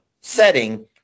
setting